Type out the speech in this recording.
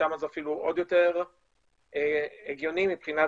ששם זה אפילו עוד יותר הגיוני מבחינת